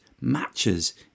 matches